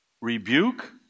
rebuke